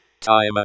time